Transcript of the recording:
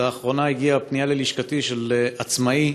לאחרונה הגיעה ללשכתי פנייה של עצמאי